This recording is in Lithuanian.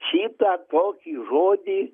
šitą tokį žodį